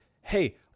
hey